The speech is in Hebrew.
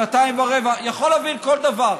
שנתיים ורבע יכול להבין כל דבר.